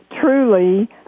truly